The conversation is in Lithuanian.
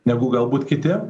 negu galbūt kiti